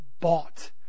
bought